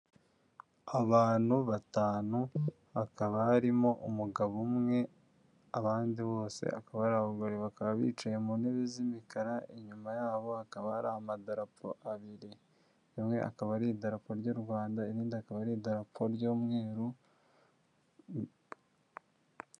Abantu batanu hakaba harimo umugabo umwe abandi bose akaba ari abagore. Bakaba bicaye mu ntebe z'imikara, inyuma yabo hakaba hari amadarapo abiri. Rimwe akaba ari idarapo ry'u Rwanda irindi akaba aridarapo ry'umweru